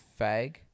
fag